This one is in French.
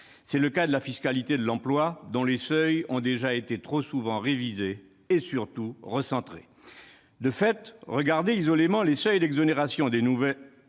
C'est le cas de la fiscalité de l'emploi, dont les seuils ont déjà été trop souvent révisés et, surtout, recentrés. De fait, regardés isolément, les seuils d'exonération nouvellement